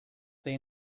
they